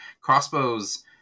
Crossbows